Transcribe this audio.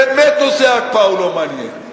באמת נושא ההקפאה הוא לא מעניין,